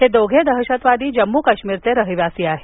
हे दोघे दहशतवादी जम्मू काश्मीरचे रहिवासी आहेत